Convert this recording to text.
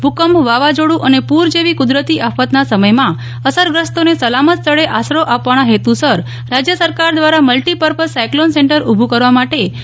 ભૂકંપવાવાઝોડું અને પૂર જેવી કુદરતી આફતના સમયમાં અસરગ્રસ્તોને સલામત સ્થળે આશરો આપવાના હેતુસર રાજ્ય સરકાર દ્વારા મલ્ટિપર્પઝ સાયકલોન સેન્ટર ઊભું કરવા માટે મંજૂરી આપવામાં આવી છે